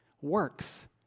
works